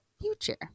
Future